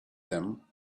them